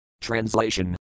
Translation